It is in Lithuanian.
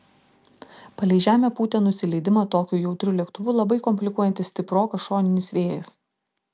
palei žemę pūtė nusileidimą tokiu jautriu lėktuvu labai komplikuojantis stiprokas šoninis vėjas